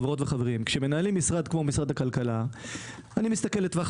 חברים, תתעקשו, אין בעיה, אבל אני נותן לכם